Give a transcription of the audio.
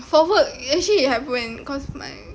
for work it actually happen because my